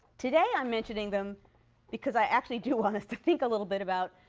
today i'm mentioning them because i actually do want us to think a little bit about,